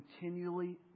continually